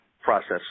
process